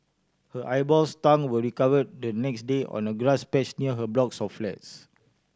her eyeballs tongue were recovered the next day on a grass patch near her blocks of flats